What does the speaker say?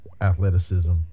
athleticism